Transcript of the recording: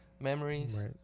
Memories